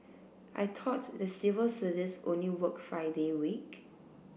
I thought the civil service only work five day week